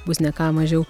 bus ne ką mažiau